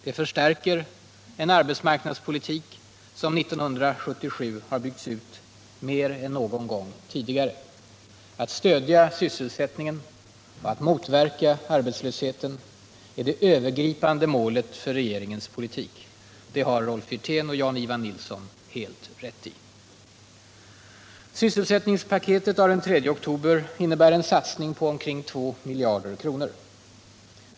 Det förstärker en arbetsmarknadspolitik som 1977 har byggts ut mer än någon gång tidigare. Att stödja sysselsättningen och att motverka arbetslösheten är 116 de övergripande målen för regeringens politik. Det har Rolf Wirtén och Jan-Ivan Nilsson helt rätt i. Sysselsättningspaketet av den 3 oktober innebär en satsning på omkring 2 miljarder kronor.